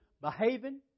behaving